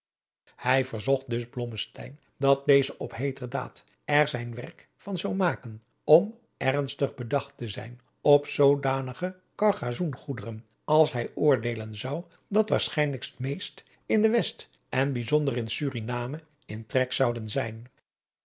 hij verzocht dus blommesteyn dat deze op heeter daad er zijn werk van zou maken om ernastig bedacht te zijn op zoodanige cargasoen goederen als hij oordeelen zou dat waarschijnlijkst meest in de west en bijzonder in suriname in trek zouden zijn